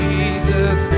Jesus